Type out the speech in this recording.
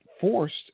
forced